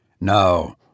No